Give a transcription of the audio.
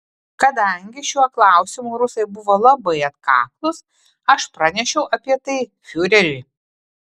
kadangi šiuo klausimu rusai buvo labai atkaklūs aš pranešiau apie tai fiureriui